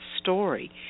story